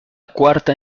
cuarta